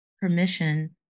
permission